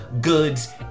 goods